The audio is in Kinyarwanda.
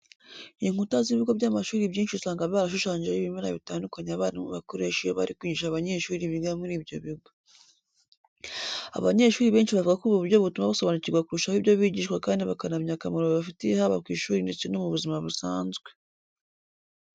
Inkuta z'ibigo by'amashuri byinshi usanga barashushanyijeho ibimera bitandukanye abarimu bakoresha iyo bari kwigisha abanyeshuri biga muri ibyo bigo. Abanyeshuri benshi bavuga ko ubu buryo butuma basobanukirwa kurushaho ibyo bigishwa kandi bakanamenya akamaro bibafitiye haba ku ishuri ndetse no mu buzima busanzwe.